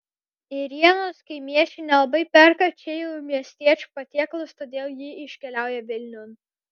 ėrienos kaimiečiai nelabai perka čia jau miestiečių patiekalas todėl ji iškeliauja vilniun